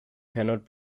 cannot